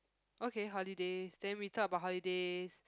okay holidays then we talk about holidays